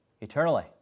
eternally